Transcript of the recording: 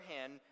hand